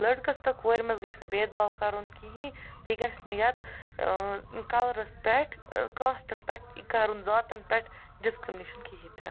لٔڑکس تہٕ کورِ منٛز گژھِ نہٕ بید باو کَرُن کِہیٖنٛۍ بیٚیہِ گَژھِ نہٕ یتھ کلرس پٮ۪ٹھ کاسٹن پٮ۪ٹھ یہِ کَرُن ذاتن پٮ۪ٹھ ڈِسکرٛمنیٚشن کِہیٖنٛۍ تہِ نہٕ